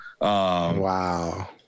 Wow